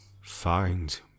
Find